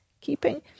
keeping